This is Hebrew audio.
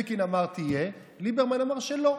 אלקין אמר שתהיה, ליברמן אמר שלא.